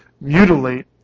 mutilate